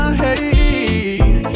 hey